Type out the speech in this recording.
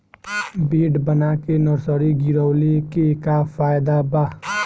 Bed बना के nursery गिरवले के का फायदा बा?